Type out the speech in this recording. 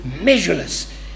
measureless